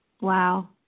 Wow